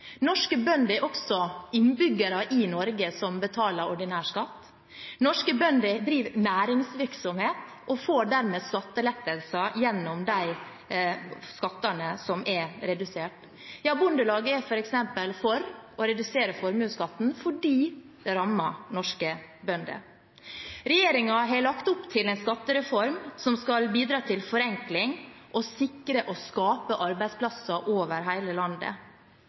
Norske bønder er også innbyggere i Norge som betaler ordinær skatt. Norske bønder driver næringsvirksomhet og får dermed skattelettelser gjennom de skattene som er redusert. Bondelaget, f.eks., er for å redusere formuesskatten fordi det rammer norske bønder. Regjeringen har lagt opp til en skattereform som skal bidra til forenkling og å sikre og skape arbeidsplasser over hele landet.